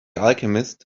alchemist